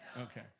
Okay